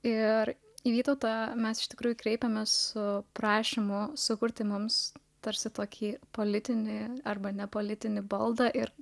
ir į vytautą mes iš tikrųjų kreipėmės su prašymu sukurti mums tarsi tokį politinį arba nepolitinį baldą ir